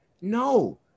no